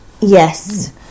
Yes